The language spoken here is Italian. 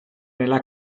nella